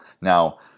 Now